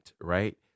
right